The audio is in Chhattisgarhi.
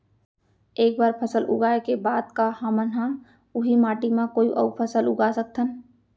एक बार फसल उगाए के बाद का हमन ह, उही माटी मा कोई अऊ फसल उगा सकथन?